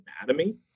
anatomy